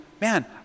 man